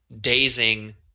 dazing